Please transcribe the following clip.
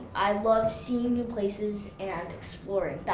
i've love seeing new places and exploring.